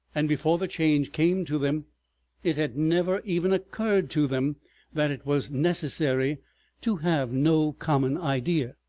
and before the change came to them it had never even occurred to them that it was necessary to have no common idea.